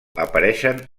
apareixen